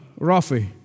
Rafi